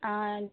आं